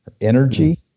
energy